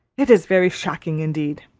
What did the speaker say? it is very shocking, indeed!